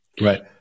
Right